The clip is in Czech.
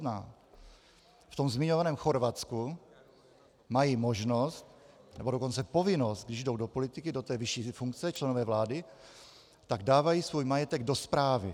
V tom zmiňovaném Chorvatsku mají možnost, nebo dokonce povinnost, když jdou do politiky, do vyšší funkce, členové vlády, tak dávají svůj majetek do správy.